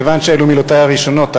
מכיוון שאלה מילותי הראשונות,